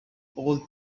old